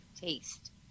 taste